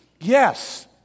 Yes